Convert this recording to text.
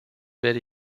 werde